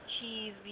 cheese